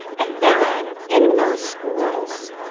and then in those schools,